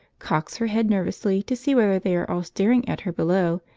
cocks her head nervously to see whether they are all staring at her below,